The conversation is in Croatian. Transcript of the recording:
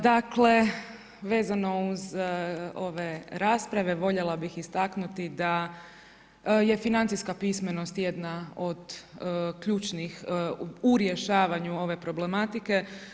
Dakle, vezano uz ove rasprave, voljela bih istaknuti da je financijska pismenost jedna od ključnih u rješavanju ove problematike.